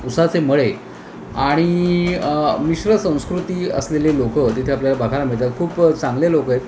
उसाचे मळे आणि मिश्र संस्कृती असलेले लोक तिथे आपल्याला बघायला मिळतात खूप चांगले लोक आहेत